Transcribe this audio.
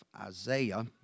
Isaiah